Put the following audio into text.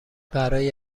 برای